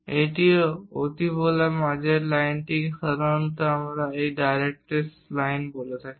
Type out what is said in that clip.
এটিও অতিবোলা মাঝের লাইনটিকে সাধারণত আমরা এই ডাইরেক্ট্রিক্স লাইন বলে থাকি